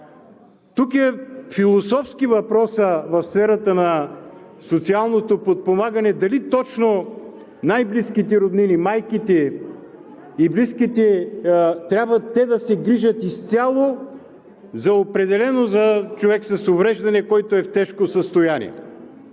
Тук е философски въпросът в сферата на социалното подпомагане: дали точно най близките роднини – майките и близките, трябва да се грижат изцяло за човек с увреждане, който е в тежко състояние?